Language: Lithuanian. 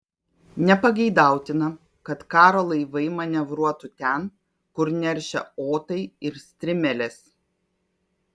nepageidautina kad karo laivai manevruotų ten kur neršia otai ir strimelės